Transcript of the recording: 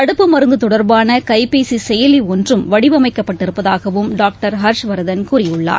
தடுப்பு மருந்து தொடர்பான கைப்பேசி செயலி ஒன்றும் வடிவமைக்கப்பட்டிருப்பதாகவும் டாக்டர் ஹர்ஷ்வர்தன் கூறியுள்ளார்